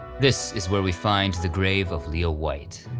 this is where we find the grave of leo white.